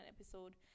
episode